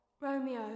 Romeo